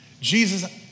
Jesus